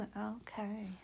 Okay